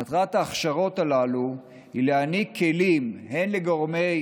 מטרת ההכשרות הללו היא להעניק כלים הן לגורמי